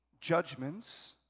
judgments